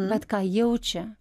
bet ką jaučia